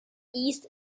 east